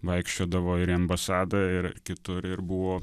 vaikščiodavo ir į ambasadą ir kitur ir buvo